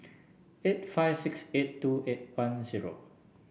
eight five six eight two eight one zero